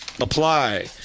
apply